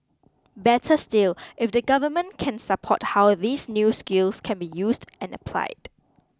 better still if the government can support how these new skills can be used and applied